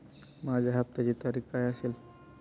माझ्या हप्त्याची तारीख काय असेल?